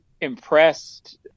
impressed